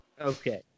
Okay